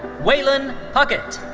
waylon puckett.